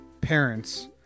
parents